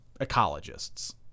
ecologists